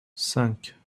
cinq